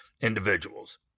individuals